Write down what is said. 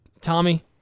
Tommy